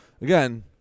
Again